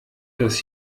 dass